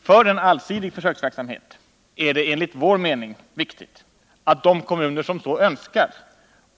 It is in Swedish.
För en allsidig försöksverksamhet är det enligt vår mening viktigt att de kommuner som så önskar